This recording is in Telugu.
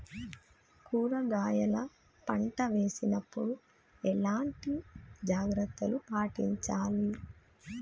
కూరగాయల పంట వేసినప్పుడు ఎలాంటి జాగ్రత్తలు పాటించాలి?